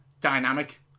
dynamic